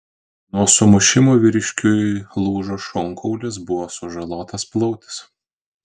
nuo sumušimų vyriškiui lūžo šonkaulis buvo sužalotas plautis